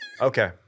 Okay